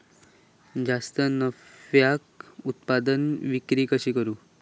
जास्त नफ्याक उत्पादन विक्री कशी करू?